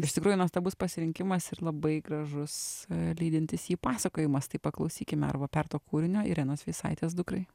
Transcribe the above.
iš tikrųjų nuostabus pasirinkimas ir labai gražus lydintis jį pasakojimas tai paklausykime arvo perto kūrinio irenos veisaitės dukrai